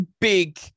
big